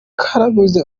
karabuze